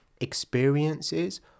experiences